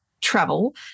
travel